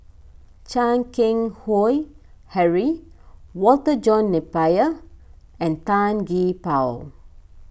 Chan Keng Howe Harry Walter John Napier and Tan Gee Paw